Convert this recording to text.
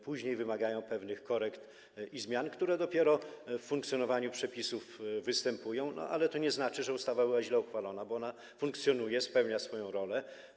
Później wymaga to pewnych korekt i zmian, które dopiero w funkcjonowaniu przepisów występują, ale to nie znaczy, że była uchwalona zła ustawa, bo ona funkcjonuje, spełnia swoją rolę.